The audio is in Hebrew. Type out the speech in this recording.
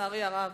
לצערי הרב.